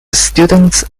students